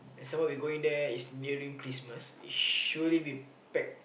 some more we going there is nearing Christmas it surely be packed